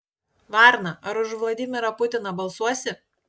varna ar už vladimirą putiną balsuosi